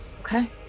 Okay